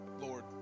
Lord